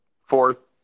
fourth